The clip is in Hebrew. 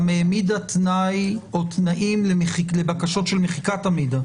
גם העמידה תנאי או תנאים לבקשות של מחיקת המידע,